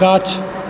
गाछ